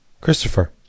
Christopher